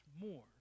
more